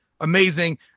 amazing